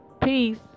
peace